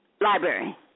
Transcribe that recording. Library